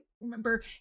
remember